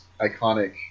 iconic